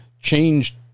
changed